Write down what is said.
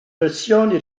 versioni